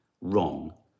wrong